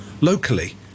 locally